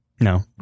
No